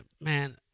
man